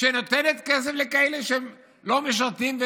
שנותנת כסף לכאלה שהם לא משרתים,